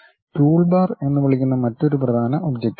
toolbar എന്ന് വിളിക്കുന്ന മറ്റൊരു പ്രധാന ഒബ്ജക്റ്റ് ഉണ്ട്